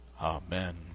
Amen